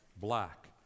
black